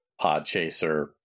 Podchaser